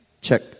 Check